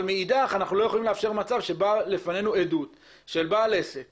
אבל מאידך אנחנו לא יכולים לאפשר מצב שבאה לפנינו עדות של בעל עסק